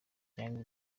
young